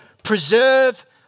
preserve